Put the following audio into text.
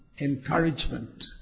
encouragement